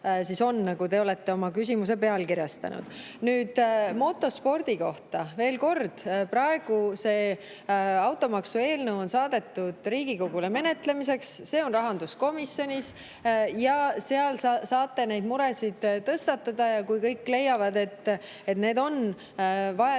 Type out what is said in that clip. on, nagu te olete oma küsimuse pealkirjastanud. Nüüd, motospordi kohta. Veel kord, praegu see automaksu eelnõu on saadetud Riigikogule menetlemiseks. See on rahanduskomisjonis ja seal saate neid muresid tõstatada ning kui kõik leiavad, et need on vajalikud